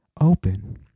Open